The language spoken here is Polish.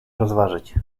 rozważyć